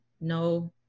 no